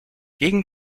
gegen